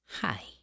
Hi